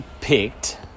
picked